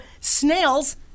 Snails